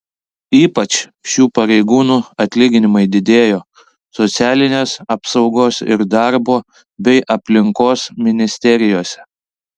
ypač šių pareigūnų atlyginimai didėjo socialinės apsaugos ir darbo bei aplinkos ministerijose